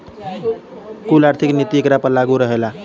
कुल आर्थिक नीति एकरा पर लागू रहेला